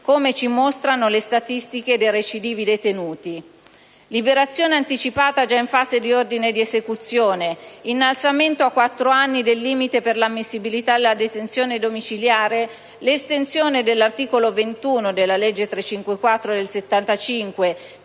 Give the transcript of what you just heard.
come ci mostrano le statistiche dei recidivi detenuti; la liberazione anticipata già in fase di ordine di esecuzione; l'innalzamento a quattro anni del limite per l'ammissibilità alla detenzione domiciliare; l'estensione dell'articolo 21 della legge 26 luglio